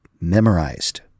memorized